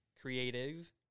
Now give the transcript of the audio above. creative